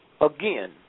Again